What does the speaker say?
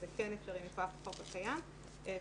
היא שזה כן אפשרי מכוח החוק הקיים והשאלה